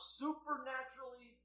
supernaturally